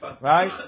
Right